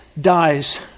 dies